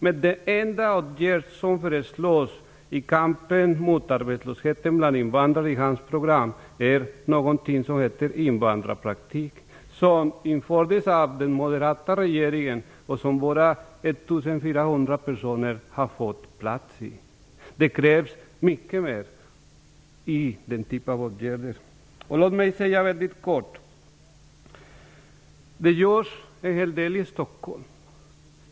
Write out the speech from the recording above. Men den enda åtgärd som föreslås i kampen mot arbetslösheten bland invandrare i hans program är något som heter invandrarpraktik och som infördes av den moderata regeringen. Endast 1 400 personer har fått plats i denna invandrarpraktik. Det krävs mycket mer av denna typ av åtgärder. Det görs en hel del i Stockholm.